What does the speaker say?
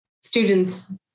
students